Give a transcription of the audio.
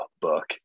book